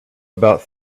about